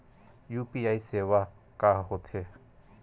UPI सेवा का होथे?